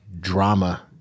drama